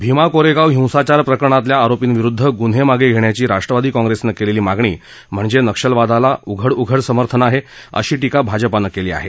भीमा कोरेगाव हिंसाचार प्रकरणातल्या आरोपींविरुद्ध गुन्हे मागे घेण्याची राष्ट्रवादी काँग्रेसनं केलेली मागणी म्हणजे नक्षलवादाला उघडउघड समर्थन आहे अशी टीका भाजपानं केली आहे